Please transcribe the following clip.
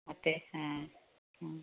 ಮತ್ತೆ ಹಾಂ ಹಾಂ